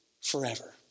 forever